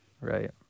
Right